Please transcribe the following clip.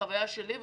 בחוויה שלי,